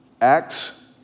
Acts